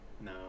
no